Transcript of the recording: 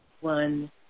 one